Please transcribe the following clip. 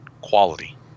quality